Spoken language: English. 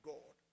God